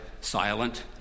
silent